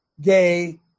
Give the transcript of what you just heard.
gay